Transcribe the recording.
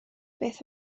beth